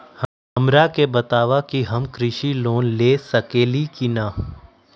हमरा के बताव कि हम कृषि लोन ले सकेली की न?